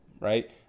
right